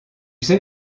sais